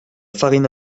farine